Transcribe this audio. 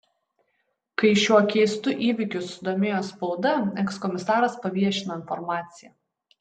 kai šiuo keistu įvykiu susidomėjo spauda ekskomisaras paviešino informaciją